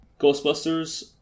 Ghostbusters